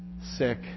sick